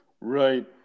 right